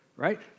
right